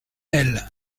aile